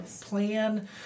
plan